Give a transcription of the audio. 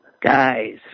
guys